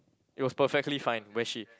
it was perfectly fine where she